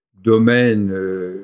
domaine